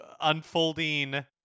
unfolding